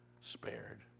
spared